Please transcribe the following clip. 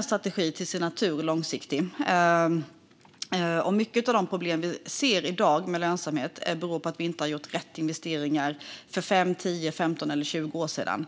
En strategi är till sin natur långsiktig. Mycket av de problem med lönsamhet som vi ser i dag beror på att vi inte gjorde rätt investeringar för fem, tio, femton eller tjugo år sedan.